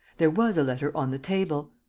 there was a letter on the table.